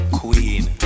queen